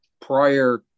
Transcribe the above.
prior